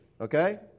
Okay